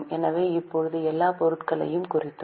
எனவே இப்போது எல்லா பொருட்களையும் குறித்தோம்